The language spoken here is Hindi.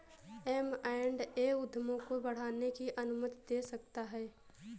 एम एण्ड ए उद्यमों को बढ़ाने की अनुमति दे सकता है